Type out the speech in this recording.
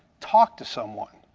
talk to someone.